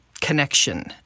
connection